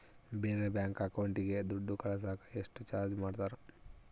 ಬೇರೆ ಬ್ಯಾಂಕ್ ಅಕೌಂಟಿಗೆ ದುಡ್ಡು ಕಳಸಾಕ ಎಷ್ಟು ಚಾರ್ಜ್ ಮಾಡತಾರ?